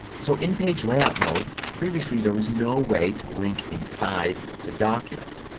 so in page layout mode previously there was no way to link inside the document.